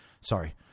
Sorry